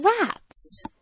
rats